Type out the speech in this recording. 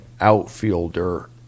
outfielder